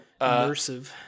immersive